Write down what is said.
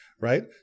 right